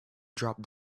dropped